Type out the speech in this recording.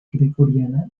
gregoriana